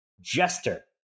Jester